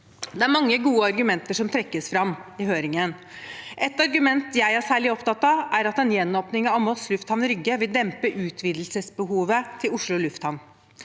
Det er mange gode argumenter som trekkes fram i høringen. Et argument jeg er særlig opptatt av, er at en gjenåpning av Moss lufthavn, Rygge vil dempe utvidelsesbehovet på Oslo lufthavn.